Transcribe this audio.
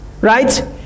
right